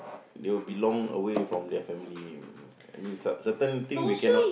they will be long away from their family I mean sir certain things we cannot